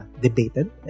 debated